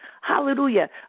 Hallelujah